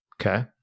Okay